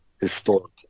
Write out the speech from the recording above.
historical